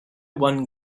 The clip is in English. one